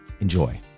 enjoy